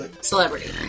Celebrity